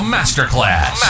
Masterclass